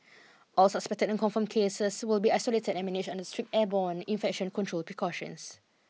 all suspected and confirmed cases will be isolated and managed under strict airborne infection control precautions